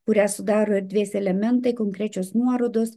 kurią sudaro erdvės elementai konkrečios nuorodos